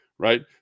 right